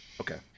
Okay